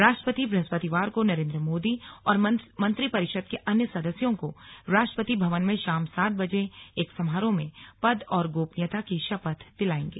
राष्ट्रपति बृहस्पतिवार को नरेन्द्र मोदी और मंत्रिपरिषद के अन्य सदस्यों को राष्ट्रपति भवन में शाम सात बजे एक समारोह में पद और गोपनीयता की शपथ दिलाएंगे